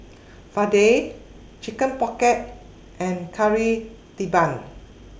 Vadai Chicken Pocket and Kari Debal